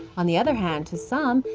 on the other hand, to some,